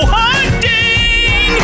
hunting